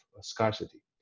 scarcity